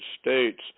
States